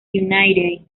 united